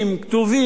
כתובים,